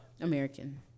American